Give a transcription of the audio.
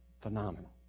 phenomenal